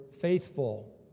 faithful